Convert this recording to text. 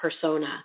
persona